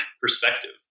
perspective